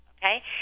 Okay